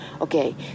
Okay